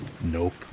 Nope